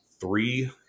three